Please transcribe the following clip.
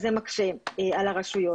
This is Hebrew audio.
וזה מקשה על הרשויות.